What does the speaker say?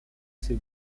ses